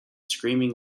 screaming